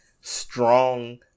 strong